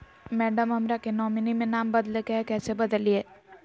madam, हमरा के nominee में नाम बदले के हैं, कैसे बदलिए